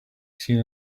seen